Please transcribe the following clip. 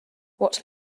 what